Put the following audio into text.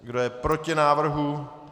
Kdo je proti návrhu?